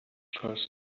first